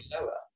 lower